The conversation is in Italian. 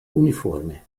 uniforme